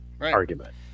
argument